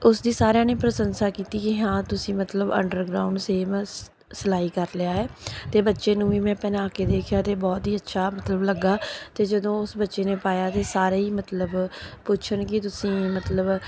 ਉਸਦੀ ਸਾਰਿਆਂ ਨੇ ਪ੍ਰਸ਼ੰਸਾ ਕੀਤੀ ਕਿ ਹਾਂ ਤੁਸੀਂ ਮਤਲਬ ਅੰਡਰਗਰਾਊਂਡ ਸੇਮ ਸਿ ਸਿਲਾਈ ਕਰ ਲਿਆ ਹੈ ਅਤੇ ਬੱਚੇ ਨੂੰ ਵੀ ਮੈਂ ਪਹਿਨਾ ਕੇ ਦੇਖਿਆ ਅਤੇ ਬਹੁਤ ਹੀ ਅੱਛਾ ਮਤਲਬ ਲੱਗਾ ਅਤੇ ਜਦੋਂ ਉਸ ਬੱਚੇ ਨੇ ਪਾਇਆ ਅਤੇ ਸਾਰੇ ਹੀ ਮਤਲਬ ਪੁੱਛਣ ਕਿ ਤੁਸੀਂ ਮਤਲਬ